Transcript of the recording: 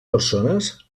persones